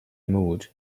mood